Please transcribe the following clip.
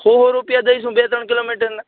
હો હો રૂપિયા દઈશ હું બે ત્રણ કિલોમીટરના